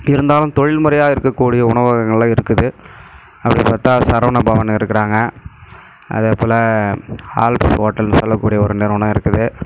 இருந்தாலும் தொழில்முறையாக இருக்கக்கூடிய உணவகங்களெலாம் இருக்குது அப்படி பார்த்தா சரவணபவன் இருக்கிறாங்க அதே போல் ஹால்ப்ஸ் ஹோட்டல்னு சொல்லக்கூடிய ஒரு நிறுவனம் இருக்குது